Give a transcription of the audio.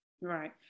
Right